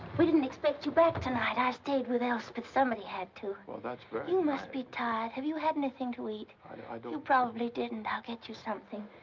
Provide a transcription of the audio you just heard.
we didn't expect you back tonight. i stayed with elspeth. somebody had to. well, that's very kind. you must be tired. have you had anything to eat? i don't. you probably didn't. i'll get you something.